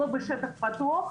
לא בשטח פתוח,